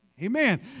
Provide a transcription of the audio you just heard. Amen